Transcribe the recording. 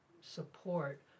support